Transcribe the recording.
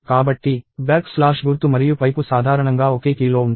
కాబట్టి backslash గుర్తు మరియు పైపు సాధారణంగా ఒకే కీలో ఉంటాయి